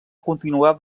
continuar